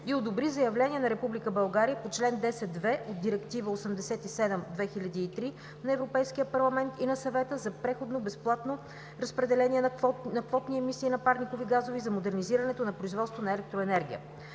и одобри заявление на Република България по чл. 102 по Директива 87/2003 на Европейския парламент и на Съвета за преходно безплатно разпределение на квотни емисии на парникови газове и за модернизирането на производството на електроенергия.